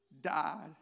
died